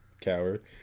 Coward